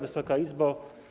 Wysoka Izbo!